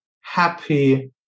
happy